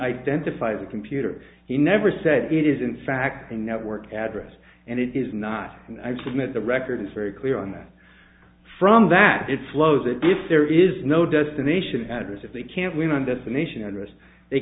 identifies the computer he never said it is in fact a network address and it is not and i submit the record is very clear on that from that it flows it if there is no destination address if they can't win on destination address they